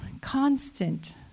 Constant